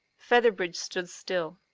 featherbridge stood still.